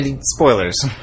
spoilers